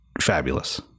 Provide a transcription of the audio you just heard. fabulous